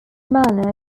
manor